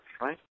right